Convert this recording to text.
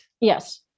Yes